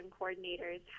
coordinators